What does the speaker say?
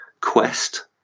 quest